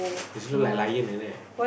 his look like lion isn't it